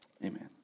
Amen